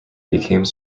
became